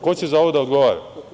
Ko će za ovo da odgovara?